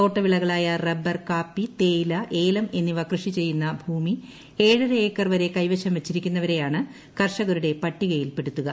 തോട്ടവിളകളായ rubber കാപ്പി തേയില ഏലം എന്നിവ കൃഷിചെയ്യുന്ന ഭൂമി ഏഴരി ഏക്കർ വരെ കൈവശം വച്ചിരിക്കുന്നവരെയാണ് കർഷ്ടക്രുടെ ് പട്ടികയിൽപ്പെടുത്തുക